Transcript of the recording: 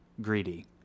Greedy